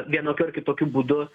vienokiu ar kitokiu būdu